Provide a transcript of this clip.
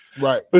right